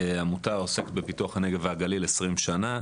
עמותה העוסקת בפיתוח הנגב והגליל 20 שנה,